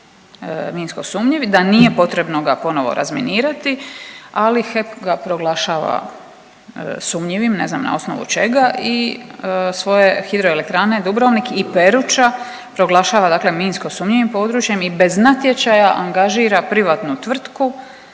minsko sumnjiv, da nije potrebno ga ponovno razminirati, ali HEP ga proglašava sumnjivim, ne znam na osnovu čega i svoje Hidroelektrane Dubrovnik i Peruča proglašava dakle minsko sumnjivim područjem i bez natječaja angažira privatnu tvrtku